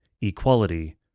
equality